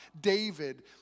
David